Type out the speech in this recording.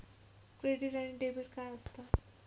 Credit आणि debit काय असता?